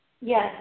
Yes